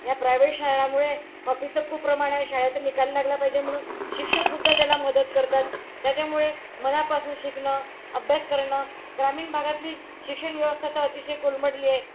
ह्या प्रायव्हे शाळांमुळे कॉपीचं खूप प्रमाण आहे शाळेचं निकाल लागला पाहिजे म्हणून शिक्षकसुद्धा त्याला मदत करतात त्याच्यामुळे मनापासून शिकणं अभ्यास करणं ग्रामीण भागातली शिक्षण व्यवस्था तर अतिशय कोलमडली आहे